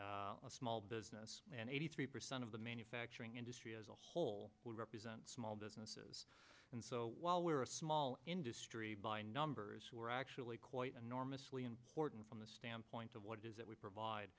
small small business and eighty three percent of the manufacturing industry as a whole will represent small businesses and so while we're a small industry by numbers we're actually quite enormously important from the standpoint of what it is that we provide